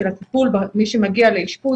של הטיפול מי שמגיע לאשפוז,